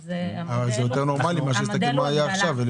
זה יותר נורמלי מאשר להסתכל מה היה עכשיו.